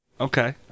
Okay